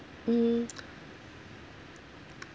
mm